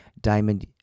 diamond